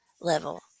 level